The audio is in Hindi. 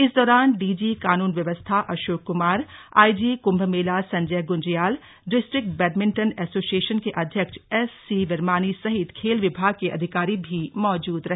इस दौरान डीजी कानून व्यवस्था Ashok Kumar IG Kumbh Mela Sanjay Gunjyal district badminton association के अध्यक्ष एस सी विरमानी सहित खेल विभाग के अधिकारी भी मौजूद रहे